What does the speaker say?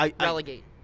Relegate